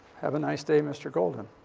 have a nice day, mr. golden.